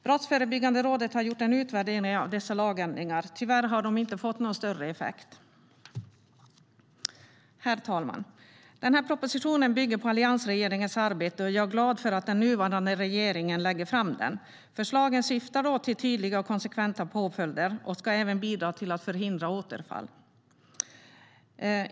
Brottsförebyggande rådet har gjort en utvärdering av dessa lagändringar. Tyvärr har de inte fått någon större effekt. Herr talman! Propositionen bygger på alliansregeringens arbete, och jag är glad för att den nuvarande regeringen lägger fram den. Förslagen syftar till tydliga och konsekventa påföljder och ska även bidra till att förhindra återfall.